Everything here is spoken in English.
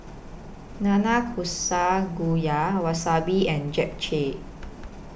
Nanakusa Gayu Wasabi and Japchae